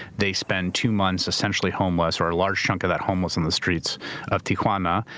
they spend two months essentially homeless or a large chunk of that homeless on the streets of tijuana.